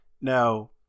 Now